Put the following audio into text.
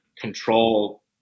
control